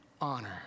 honor